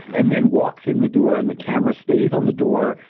and then walks in the door. and the camera stays on the door.